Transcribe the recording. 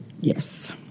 Yes